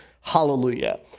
Hallelujah